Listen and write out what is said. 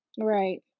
Right